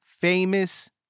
famous